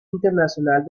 internacional